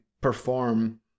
perform